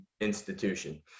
institution